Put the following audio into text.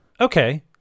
Okay